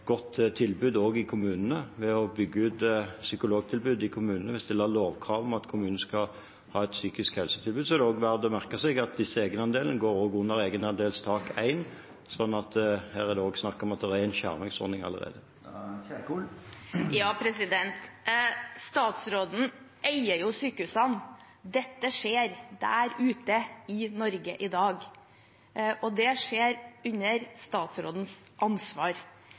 godt tilbud også i kommunene ved å bygge ut psykologtilbudet der. Vi stiller lovkrav om at kommunene skal ha et psykisk helsetilbud. Det er også verdt å merke seg at disse egenandelene også går under egenandelstak 1, så her er det en skjermingsordning allerede. Statsråden eier jo sykehusene. Dette skjer der ute i Norge i dag, og det skjer under statsrådens ansvar.